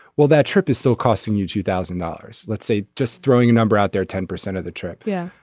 well that trip is still costing you two thousand dollars. let's say just throwing a number out there ten percent of the trip. yeah.